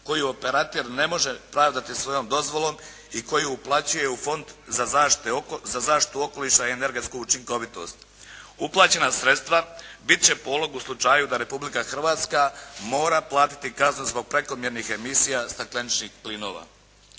koju operater ne može pravdati svojom dozvolom i koju uplaćuje u Fond za zaštitu okoliša i energetsku učinkovitost. Uplaćena sredstva biti će polog u slučaju da Republika Hrvatska mora platiti kaznu zbog prekomjernih emisija stakleničkih plinova.